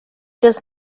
does